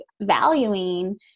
valuing